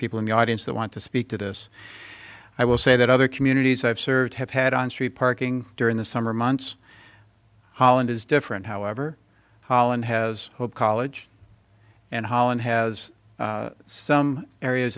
audience that want to speak to this i will say that other communities i've served have had on street parking during the summer months holland is different however holland has hope college and holland has some areas